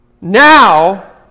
Now